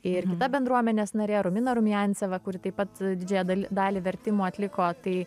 ir kita bendruomenės narė rumina rumianceva kuri taip pat didžiąją dal dalį vertimų atliko tai